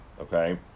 okay